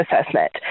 assessment